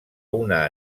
una